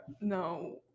No